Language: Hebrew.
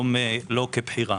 לא כבחירה.